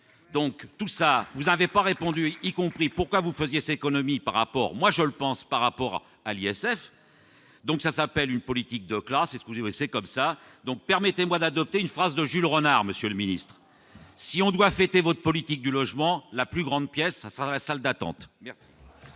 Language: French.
donc tout ça, vous avez pas répondu y compris pourquoi vous faisiez s'économie par rapport, moi je le pense, par rapport à l'ISF, donc ça s'appelle une politique de classe et c'est comme ça, donc, permettez-moi d'adopter une phrase de Jules Renard, Monsieur le Ministre, si on doit fêter votre politique du logement, la plus grande pièce 500 la salle d'attente.